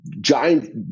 giant